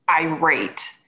irate